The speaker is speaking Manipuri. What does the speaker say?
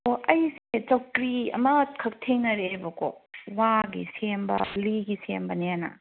ꯑꯣ ꯑꯩꯁꯦ ꯆꯧꯀ꯭ꯔꯤ ꯑꯃꯈꯛ ꯊꯦꯡꯅꯔꯛꯑꯦꯕꯀꯣ ꯋꯥꯒꯤ ꯁꯦꯝꯕ ꯂꯤꯒꯤ ꯁꯦꯝꯕꯅꯦꯅ